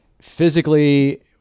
Physically